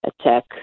attack